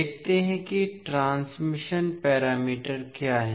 देखते हैं कि ट्रांसमिशन पैरामीटर क्या है